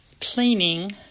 cleaning